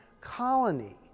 colony